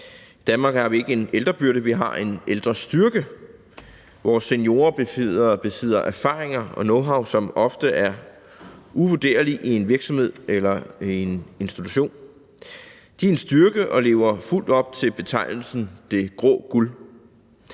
I Danmark har vi ikke en ældrebyrde, vi har en ældrestyrke. Vores seniorer besidder erfaringer og knowhow, som ofte er uvurderlig i en virksomhed eller i en institution. De er en styrke og lever fuldt ud op til betegnelsen det grå guld.